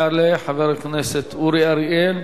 יעלה חבר הכנסת אורי אריאל,